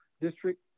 District